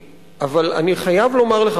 אבל אני חייב לומר לך,